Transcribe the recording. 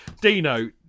dino